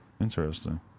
Interesting